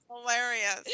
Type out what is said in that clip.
hilarious